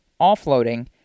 offloading